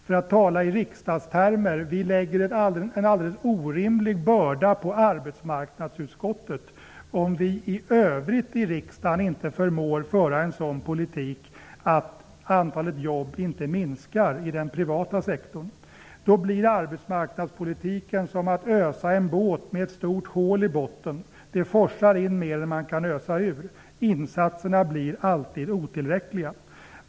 För att tala i riksdagstermer lägger vi en alldeles orimlig börda på arbetsmarknadsutskottet om vi i övrigt i riksdagen inte förmår att föra en sådan politik att antalet jobb i den privata sektorn inte minskar. Då blir arbetsmarknadspolitiken som att ösa en båt som har ett stort hål i botten. Det forsar in mer än man kan ösa ur. Insatserna blir alltid otillräckliga.